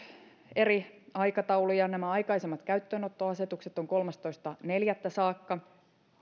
eri aikatauluja ja nämä aikaisemmat käyttöönottoasetukset ovat kolmastoista neljättä saakka